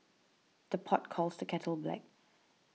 the pot calls the kettle black